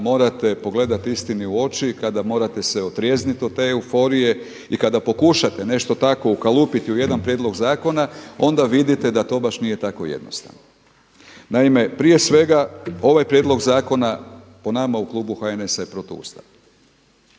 morate pogledati istini u oči, kada morate se otrijezniti od te euforije i kada pokušate nešto takvo ukalupiti u jedan prijedlog zakona onda vidite da to baš nije tako jednostavno. Naime, prije svega ovaj prijedlog zakona po nama u klubu HNS-a je protuustavan,